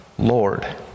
Lord